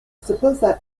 suppose